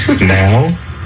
Now